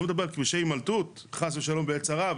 אני לא מדבר על כבישי הימלטות חס ושלום בעת צרה,